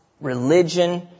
religion